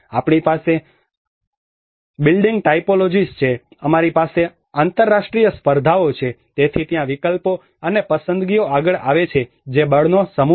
આપણી પાસે building typologies છે અમારી પાસે આંતરરાષ્ટ્રીય સ્પર્ધાઓ છે તેથી ત્યાં વિકલ્પો અને પસંદગીઓ આગળ આવે છે જે બળનો સમૂહ છે